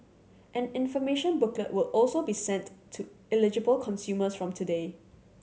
an information booklet will also be sent to eligible consumers from today